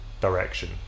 direction